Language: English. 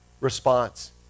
response